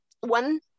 One